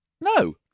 No